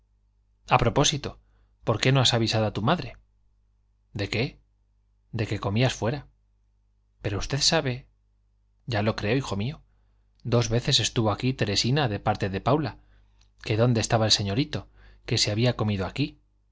a propósito por qué no has avisado a tu madre de qué de que comías fuera pero usted sabe ya lo creo hijo mío dos veces estuvo aquí teresina de parte de paula que dónde estaba el señorito que si había comido aquí